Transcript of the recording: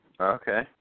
Okay